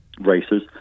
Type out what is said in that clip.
races